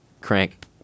crank